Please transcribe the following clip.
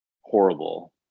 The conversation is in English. horrible